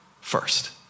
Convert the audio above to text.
first